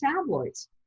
tabloids